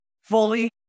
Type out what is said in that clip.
fully